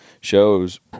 shows